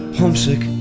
homesick